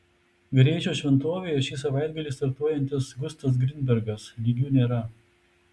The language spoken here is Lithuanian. greičio šventovėje ši savaitgalį startuojantis gustas grinbergas lygių nėra